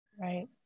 Right